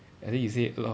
I think you say a lot